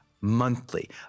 monthly